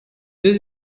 deux